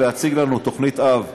להציג לנו תוכנית אב בוועדה,